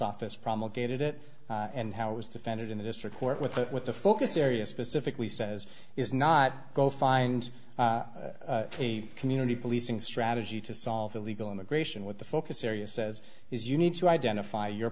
office promulgated it and how it was defended in the district court with the with the focus area specifically says is not go find a community policing strategy to solve illegal immigration with the focus areas says is you need to identify your